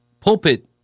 pulpit